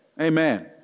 amen